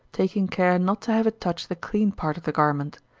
taking care not to have it touch the clean part of the garment.